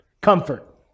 comfort